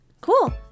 Cool